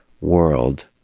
world